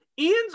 ian's